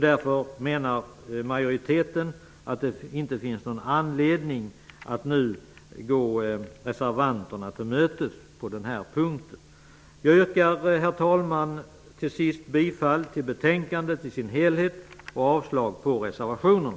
Därför menar majoriteten att det inte finns någon anledning att nu gå reservanterna till mötes på den här punkten. Herr talman! Jag yrkar till sist bifall till utskottets hemställan i dess helhet och avslag på reservationerna.